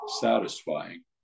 satisfying